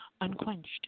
Unquenched